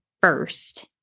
first